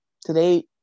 today